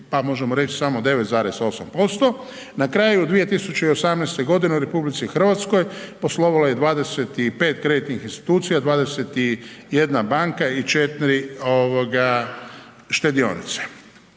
pa možemo reći samo 9,8%. Na kraju 2018. g. u RH poslovalo je 25 kreditnih institucija, 21 banka i 4 stambene